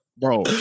bro